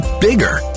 bigger